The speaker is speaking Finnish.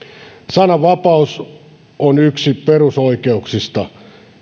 sananvapaus on yksi perusoikeuksista